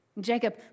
Jacob